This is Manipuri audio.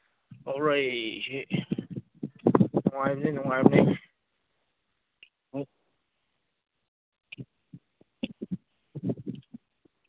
ꯄꯥꯎꯔꯩꯁꯤ ꯅꯨꯡꯉꯥꯏꯕꯗꯤ ꯅꯨꯡꯉꯥꯏꯕꯅꯤ